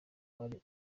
ari